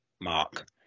mark